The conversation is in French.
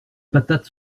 patates